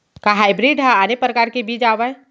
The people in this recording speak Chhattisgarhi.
का हाइब्रिड हा आने परकार के बीज आवय?